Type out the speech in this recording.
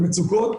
על מצוקות,